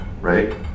right